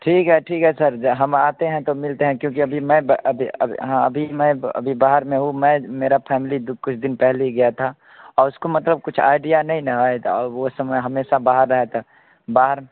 ठीक है ठीक है सर हम आते हैं तो मिलते हैं क्योंकि अभी मैं अभी अभी हाँ अभी मैं अभी बाहर में हूँ मैं मेरा फैमिली अभी कुछ दिन पहले ही गया था और उसको मतलब कुछ आईडिया नहीं ना है उस समय हमेशा बाहर आया था बाहर